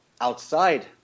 outside